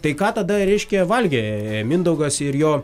tai ką tada reiškia valgė mindaugas ir jo